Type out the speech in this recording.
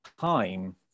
time